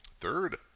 third